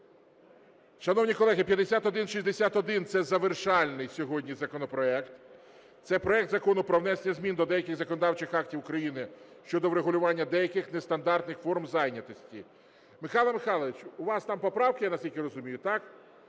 Шановні колеги, 5161 – це завершальний, сьогодні, законопроект. Це проект Закону про внесення змін до деяких законодавчих актів України щодо врегулювання деяких нестандартних форм зайнятості. Михайло Михайлович, у вас там поправки, наскільки розумію, так?